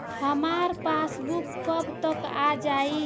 हमार पासबूक कब तक आ जाई?